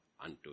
Unto